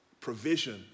provision